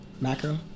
Macro